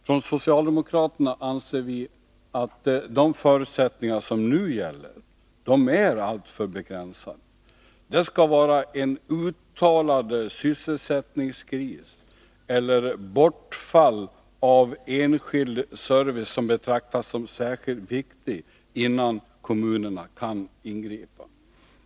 Från socialdemokraterna anser vi att de förutsättningar som nu gäller är alltför begränsade, Det skall vara en uttalad sysselsättningskris eller bortfall av enskild service, som betraktas som särskilt viktig, innan kommunen kan ingripa.